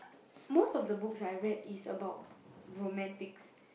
most of the books I read is about romantics